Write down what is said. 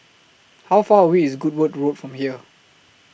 How Far away IS Goodwood Road from here